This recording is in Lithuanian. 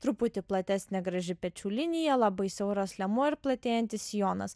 truputį platesnė graži pečių linija labai siauras liemuo ir platėjantis sijonas